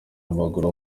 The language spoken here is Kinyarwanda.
w’amaguru